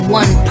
one